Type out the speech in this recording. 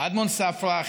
אדמונד ספרא.